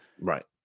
right